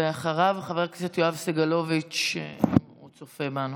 ואחריו, חבר הכנסת יואב סגלוביץ', שצופה בנו.